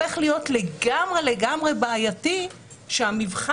זה הופך להיות לגמרי לגמרי בעייתי כשהמבחן